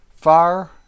Fire